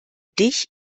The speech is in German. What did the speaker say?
dich